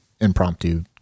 impromptu